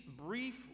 brief